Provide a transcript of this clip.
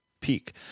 peak